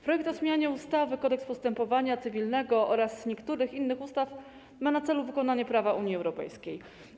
Projekt ustawy o zmianie ustawy - Kodeks postępowania cywilnego oraz niektórych innych ustaw ma na celu wykonanie prawa Unii Europejskiej.